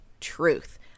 Truth